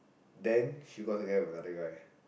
then she got together with another guy